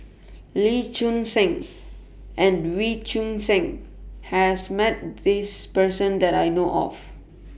Lee Choon Seng and Wee Choon Seng has Met This Person that I know of